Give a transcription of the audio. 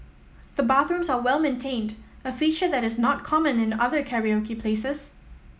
the bathrooms are well maintained a feature that is not common in other karaoke places